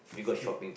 K